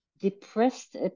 depressed